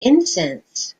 incense